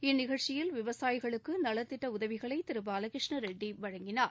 இந்நிகழ்ச்சியில் விவசாயிகளுக்கு நலத்திட்ட உதவிகளை திரு பாலகிருஷ்ணா ரெட்டி வழங்கினார்